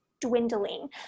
dwindling